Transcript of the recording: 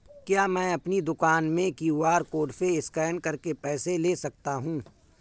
क्या मैं अपनी दुकान में क्यू.आर कोड से स्कैन करके पैसे ले सकता हूँ?